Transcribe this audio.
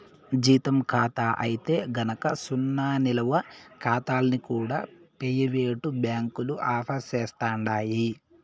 జీతం కాతా అయితే గనక సున్నా నిలవ కాతాల్ని కూడా పెయివేటు బ్యాంకులు ఆఫర్ సేస్తండాయి